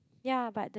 ya but the